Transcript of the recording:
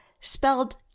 spelled